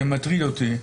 זה מטריד אותי,